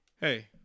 Hey